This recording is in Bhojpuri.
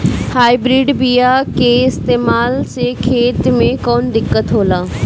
हाइब्रिड बीया के इस्तेमाल से खेत में कौन दिकत होलाऽ?